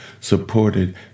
supported